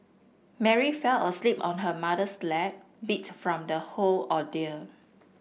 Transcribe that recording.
Mary fell asleep on her mother's lap beat from the whole ordeal